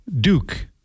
Duke